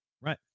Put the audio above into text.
Right